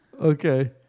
Okay